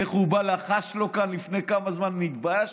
איך הוא בא ולחש לו כאן, לפני כמה זמן, התביישתי.